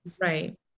right